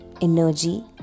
energy